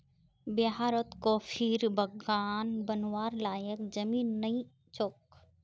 बिहारत कॉफीर बागान बनव्वार लयैक जमीन नइ छोक